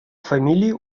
фамилии